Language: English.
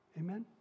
Amen